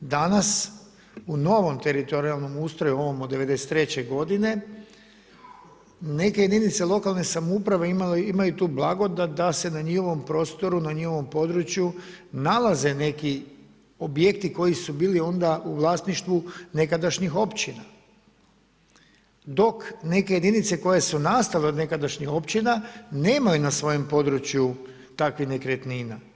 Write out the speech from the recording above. Danas u novom teritorijalnom ustroju, ovom od '93. godine, neke jedinice lokalne samouprave imaju tu blagodat da se na njihovom prostoru, na njihovom području nalaze neki objekti koji su bili onda u vlasništvu nekadašnjih općina, dok neke jedinice koje su nastale od nekadašnjih općina nemaju na svojem području takvih nekretnina.